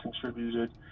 contributed